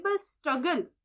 struggle